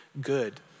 good